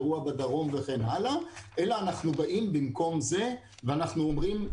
אירוע בדרום וכן הלאה אלא במקום זה אנחנו באים ואומרים,